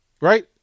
Right